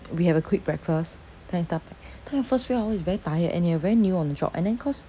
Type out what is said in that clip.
we have a quick breakfast then we start pack then the first first few hour is very tired and you are very new on job and then cause